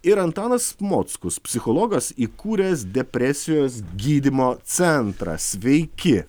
ir antanas mockus psichologas įkūręs depresijos gydymo centrą sveiki